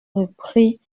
repris